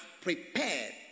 prepared